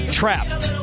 trapped